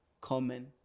comment